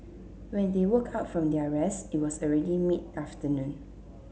when they woke up from their rest it was already mid afternoon